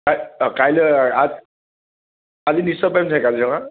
কাইলৈ কালি নিশ্চয় পাৰিম চাগৈ কাজিৰঙা